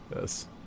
Yes